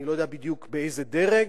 אני לא יודע בדיוק באיזה דרג,